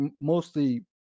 mostly